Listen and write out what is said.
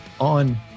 on